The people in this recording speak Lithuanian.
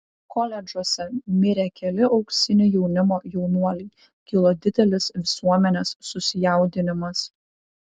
koledžuose mirė keli auksinio jaunimo jaunuoliai kilo didelis visuomenės susijaudinimas